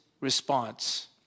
response